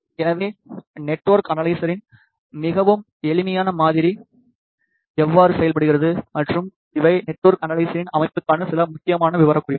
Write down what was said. எனவே நெட்வொர்க் அனலைசரின் மிகவும் எளிமையான மாதிரி எவ்வாறு செயல்படுகிறது மற்றும் இவை நெட்வொர்க் அனலைசரின் அமைப்புக்கான சில முக்கியமான விவரக்குறிப்புகள்